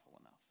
enough